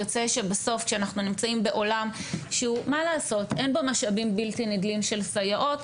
יוצא בסוף שאנחנו נמצאים בעולם שאין בו משאבים בלתי נדלים של סייעות,